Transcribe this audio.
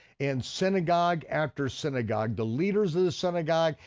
and synagogue after synagogue, the leaders of the synagogue,